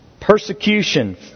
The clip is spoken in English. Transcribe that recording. Persecution